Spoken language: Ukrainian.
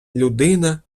людина